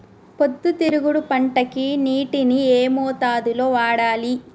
పొద్దుతిరుగుడు పంటకి నీటిని ఏ మోతాదు లో వాడాలి?